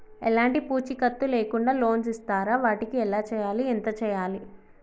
ఎలాంటి పూచీకత్తు లేకుండా లోన్స్ ఇస్తారా వాటికి ఎలా చేయాలి ఎంత చేయాలి?